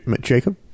Jacob